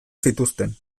zituzten